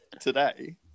today